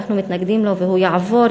אנחנו מתנגדים לו והוא יעבור,